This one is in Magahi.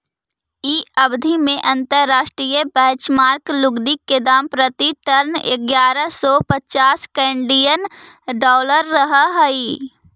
इ अवधि में अंतर्राष्ट्रीय बेंचमार्क लुगदी के दाम प्रति टन इग्यारह सौ पच्चास केनेडियन डॉलर रहऽ हई